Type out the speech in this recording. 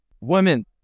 Women